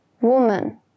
woman